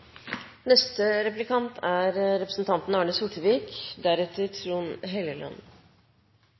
Neste replikant er også representanten